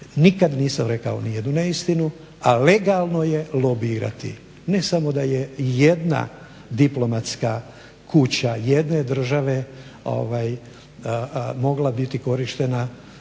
Nikad nisam rekao nijednu neistinu, a legalno je lobirati. Ne samo da je jedna diplomatska kuća jedne države mogla biti korištena